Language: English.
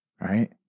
right